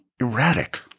erratic